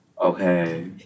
Okay